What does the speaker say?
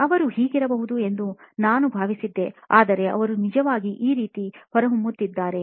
ಅವರು ಹೀಗಿರಬೇಕು ಎಂದು ನಾನು ಭಾವಿಸಿದ್ದೆ ಆದರೆ ಅವರು ನಿಜವಾಗಿ ಈ ರೀತಿ ಹೊರಹೊಮ್ಮುತ್ತಿದ್ದಾರೆ